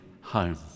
home